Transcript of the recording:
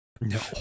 No